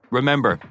Remember